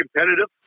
competitive